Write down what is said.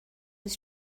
was